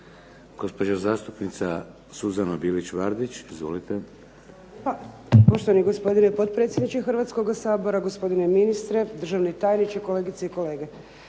Gospođa zastupnica Suzana Bilić Vardić. Izvolite. **Bilić Vardić, Suzana (HDZ)** Poštovani gospodine potpredsjedniče Hrvatskoga sabora, gospodine ministre, državni tajniče, kolegice i kolege.